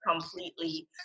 completely